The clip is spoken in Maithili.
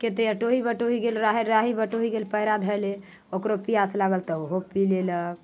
कते अटोही बटोही गेल राही बटोही गेल पयरा धौले ओकरो पियास लागल तऽ ओहो पी लेलक